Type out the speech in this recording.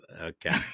okay